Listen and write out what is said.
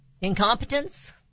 Incompetence